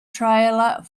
trailer